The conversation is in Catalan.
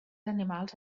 animals